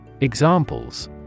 Examples